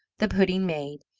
the pudding made,